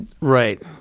Right